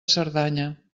cerdanya